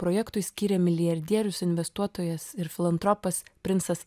projektui skyrė milijardierius investuotojas ir filantropas princas